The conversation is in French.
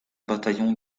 bataillon